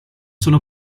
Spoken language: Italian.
sono